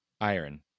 iron